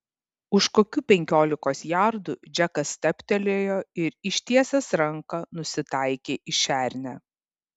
už kokių penkiolikos jardų džekas stabtelėjo ir ištiesęs ranką nusitaikė į šernę